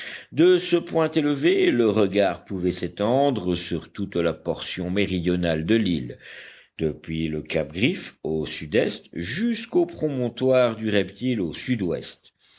de ce point élevé le regard pouvait s'étendre sur toute la portion méridionale de l'île depuis le cap griffe au sud-est jusqu'au promontoire du reptile au sud-ouest